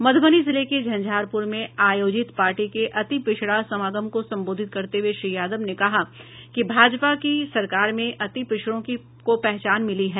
मधुबनी जिले के झंझारपुर में आयोजित पार्टी के अति पिछड़ा समागम को संबोधित करते हुए श्री यादव ने कहा कि भाजपा की सरकार मे अति पिछड़ों को पहचान मिली है